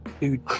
Dude